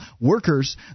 workers